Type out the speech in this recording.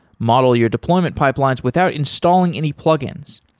model your deployment pipelines without installing any plug-ins.